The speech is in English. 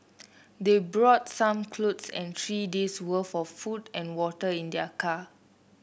they brought some clothes and three day's worth of food and water in their car